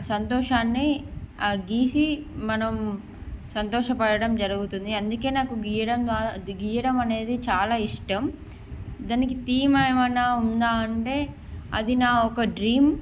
సంతోషాన్ని గీసి మనం సంతోషపడటం జరుగుతుంది అందుకే నాకు గీయడం ద్వారా గీయడం అనేది చాలా ఇష్టం దానికి థీమ్ ఏమన్నా ఉందా అంటే అది నా ఒక డ్రీమ్